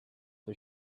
for